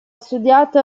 studiato